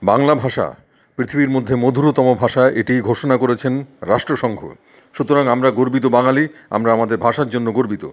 বাংলা ভাষা পৃথিবীর মধ্যে মধুরতম ভাষা এটি ঘোষণা করেছেন রাষ্ট্রসংঘ সুতরাং আমরা গর্বিত বাঙালি আমরা আমাদের ভাষার জন্য গর্বিত